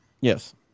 Yes